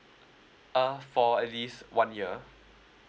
err for at least one year